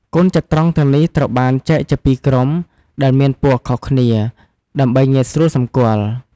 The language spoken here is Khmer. កូនចត្រង្គ ទាំងនេះត្រូវបានចែកជាពីរជាក្រុម ដែលមានពណ៌ខុសគ្នា ដើម្បីងាយស្រួលសម្គាល់។